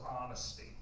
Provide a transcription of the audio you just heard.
honesty